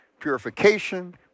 Purification